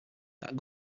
that